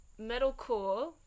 metalcore